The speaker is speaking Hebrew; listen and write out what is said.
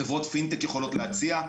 חברות פינטק יכולות להציע.